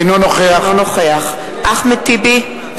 אינו נוכח אחמד טיבי,